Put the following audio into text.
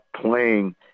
playing –